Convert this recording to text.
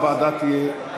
כשהוועדה תהיה,